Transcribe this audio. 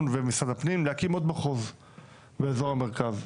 ומשרד הפנים להקים עוד מחוז באזור המרכז,